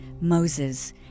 Moses